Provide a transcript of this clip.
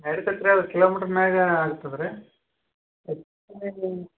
ಎರ್ಡು ಕಲ್ಸಿ ರಿ ಅದು ಕಿಲೋ ಮೀಟ್ರ್ ಮ್ಯಾಲೆ ಆಗ್ತದ್ರಿ